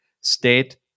state